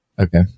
Okay